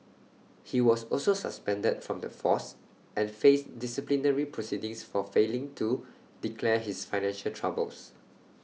he was also suspended from the force and faced disciplinary proceedings for failing to declare his financial troubles